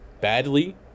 badly